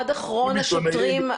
עד אחרון השוטרים,